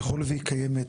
ככל והיא קיימת,